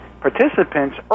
participants